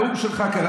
נאום של בנט,